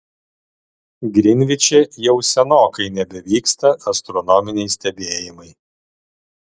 grinviče jau senokai nebevyksta astronominiai stebėjimai